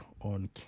on